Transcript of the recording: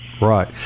Right